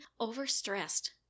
overstressed